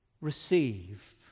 receive